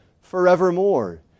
forevermore